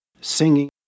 singing